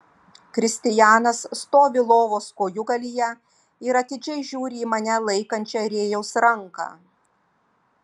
kristijanas stovi lovos kojūgalyje ir atidžiai žiūri į mane laikančią rėjaus ranką